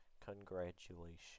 Congratulations